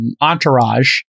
Entourage